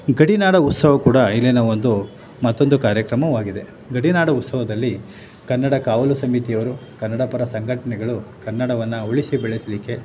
ಗಡಿನಾಡ ಉತ್ಸವ ಕೂಡ ಇಲ್ಲಿನ ಒಂದು ಮತ್ತೊಂದು ಕಾರ್ಯಕ್ರಮವಾಗಿದೆ ಗಡಿನಾಡ ಉತ್ಸವದಲ್ಲಿ ಕನ್ನಡ ಕಾವಲು ಸಮಿತಿಯವರು ಕನ್ನಡ ಪರ ಸಂಘಟನೆಗಳು ಕನ್ನಡವನ್ನು ಉಳಿಸಿ ಬೆಳೆಸಲಿಕ್ಕೆ